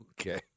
Okay